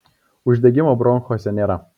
uždegimo bronchuose nėra